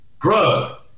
Bruh